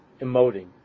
emoting